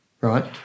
Right